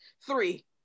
Three